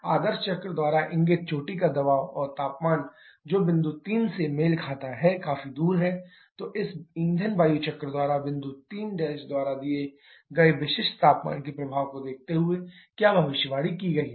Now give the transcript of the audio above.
आदर्श चक्र द्वारा इंगित चोटी का दबाव और तापमान जो बिंदु 3 से मेल खाता है काफी दूर है तो इस ईंधन वायु चक्र द्वारा बिंदु 3' द्वारा दिए गए विशिष्ट ताप के प्रभाव को देखते हुए क्या भविष्यवाणी की गई है